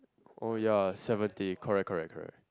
orh ya seventy correct correct correct